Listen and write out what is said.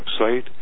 website